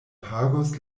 pagos